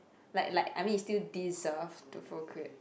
like like I mean you still deserve to procreate